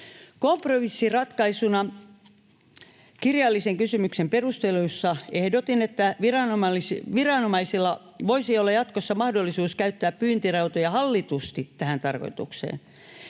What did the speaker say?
Kompromissiratkaisuna kirjallisen kysymyksen perusteluissa ehdotin, että viranomaisilla voisi olla jatkossa mahdollisuus käyttää pyyntirautoja hallitusti tähän tarkoitukseen,